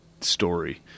story